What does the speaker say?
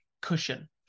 cushion